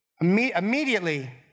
immediately